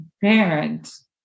parents